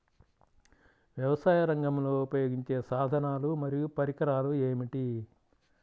వ్యవసాయరంగంలో ఉపయోగించే సాధనాలు మరియు పరికరాలు ఏమిటీ?